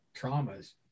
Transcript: traumas